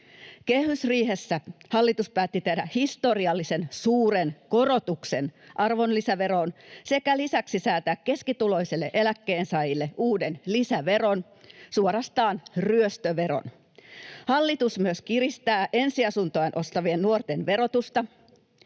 Kehysriihessä hallitus päätti tehdä historiallisen suuren korotuksen arvonlisäveroon sekä lisäksi säätää keskituloiselle eläkkeensaajalle uuden lisäveron, suorastaan ryöstöveron. Hallitus myös kiristää ensiasuntoaan ostavien nuorten verotusta.